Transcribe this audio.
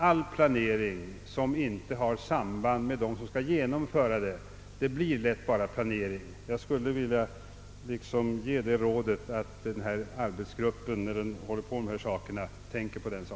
All planering, som inte har samband med dem som skall genomföra den, blir lätt bara planering. Jag skulle därför vilja ge rådet till denna arbetsgrupp att ni, när ni arbetar med denna utredning, tänker på detta.